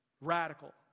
Radical